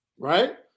Right